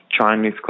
Chinese